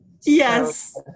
yes